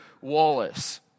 Wallace